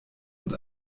und